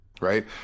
right